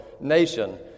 nation